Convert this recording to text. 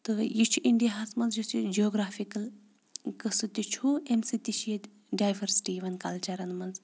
تہٕ یہِ چھِ اِنڈیاہَس منٛز یُس یہِ جِیوٗگرٛافِکَل قٕصہٕ تہِ چھُ امہِ سۭتۍ تہِ چھِ ییٚتہِ ڈایورسٹی یِوان کَلچَرَن منٛز